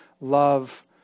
love